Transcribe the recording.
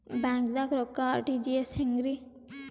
ಬ್ಯಾಂಕ್ದಾಗ ರೊಕ್ಕ ಆರ್.ಟಿ.ಜಿ.ಎಸ್ ಹೆಂಗ್ರಿ?